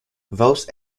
those